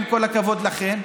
עם כל הכבוד לכם,